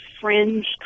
fringe